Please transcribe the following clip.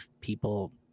people